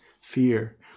fear